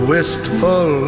wistful